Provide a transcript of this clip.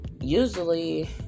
usually